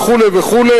וכו' וכו',